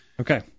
Okay